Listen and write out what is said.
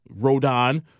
Rodon